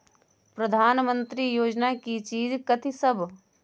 प्रधानमंत्री योजना की चीज कथि सब?